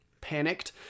Panicked